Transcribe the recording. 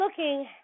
looking